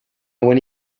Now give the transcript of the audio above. buena